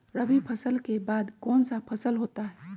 रवि फसल के बाद कौन सा फसल होता है?